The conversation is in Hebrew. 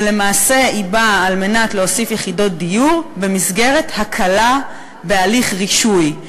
למעשה היא באה להוסיף יחידות דיור במסגרת הקלה בהליך רישוי.